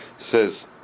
says